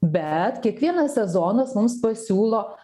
bet kiekvienas sezonas mums pasiūlo